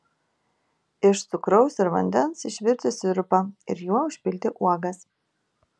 iš cukraus ir vandens išvirti sirupą ir juo užpilti uogas